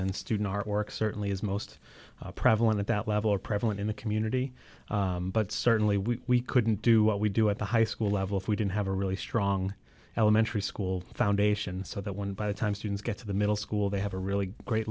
and student artwork certainly is most prevalent at that level are prevalent in the community but certainly we couldn't do what we do at the high school level if we didn't have a really strong elementary school foundation so that when by the time students get to the middle school they have a a really great